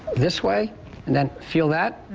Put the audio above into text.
this way and then feel that.